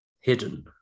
Hidden